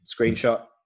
Screenshot